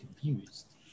confused